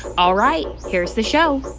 all right. here's the show